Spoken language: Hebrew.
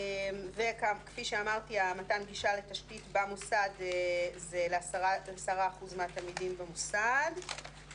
וכפי שאמרתי מתן גישה לתשתית במוסד זה ל-10% מהתלמידים במוסד.